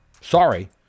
Sorry